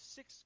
Six